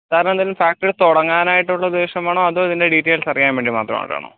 സാറിന് എന്തേലും ഫാക്ടറി തുടങ്ങാനായിട്ടുള്ള ഉദ്ദേശമാണോ അതോ ഇതിൻ്റെ ഡീറ്റെയിൽസ് അറിയാനും വേണ്ടി മാത്രായിട്ടാണോ